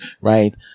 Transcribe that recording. right